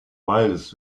waldes